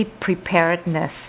Preparedness